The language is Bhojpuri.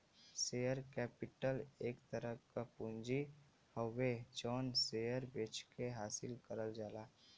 शेयर कैपिटल एक तरह क पूंजी हउवे जौन शेयर बेचके हासिल करल जाला